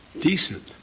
Decent